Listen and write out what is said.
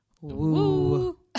Woo